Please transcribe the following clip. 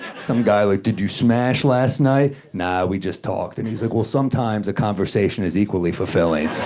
some guy like, did you smash last night? nah, we just talked. and he's like, well, sometimes a conversation is equally fulfilling,